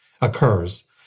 occurs